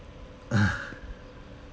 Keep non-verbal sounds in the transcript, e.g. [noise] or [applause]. [noise]